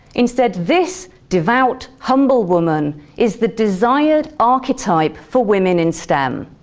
instead this devout humble woman is the desired archetype for women in stem.